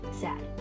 Sad